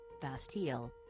Bastille